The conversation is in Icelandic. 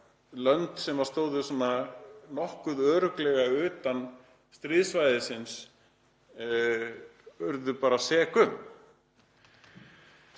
lönd sem stóðu svona nokkuð örugglega utan stríðssvæðisins urðu sek um.